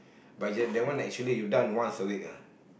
but you have that one actually you done once a week ah